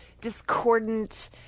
discordant